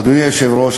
אדוני היושב-ראש,